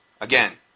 again